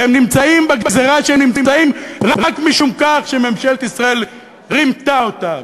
והם נמצאים בגזירה שהם נמצאים בה רק משום שממשלת ישראל רימתה אותם.